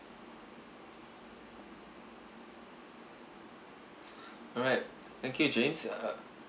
all right thank you james uh